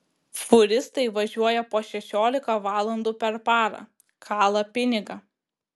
fūristai važiuoja po šešiolika valandų per parą kala pinigą